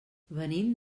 venim